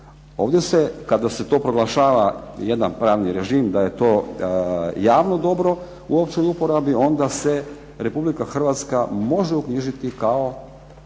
Ovdje se, kada se to proglašava jedan pravni režim, da je to javno dobro u općoj uporabi, onda se Republika Hrvatska može uknjižiti kao